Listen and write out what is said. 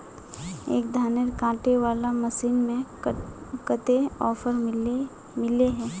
एक धानेर कांटे वाला मशीन में कते ऑफर मिले है?